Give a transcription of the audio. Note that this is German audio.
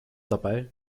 dabei